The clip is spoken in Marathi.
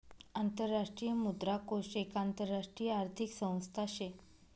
आंतरराष्ट्रीय मुद्रा कोष एक आंतरराष्ट्रीय आर्थिक संस्था शे